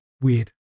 weird